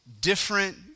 different